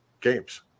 games